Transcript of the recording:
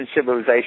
civilization